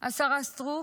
השרה סטרוק,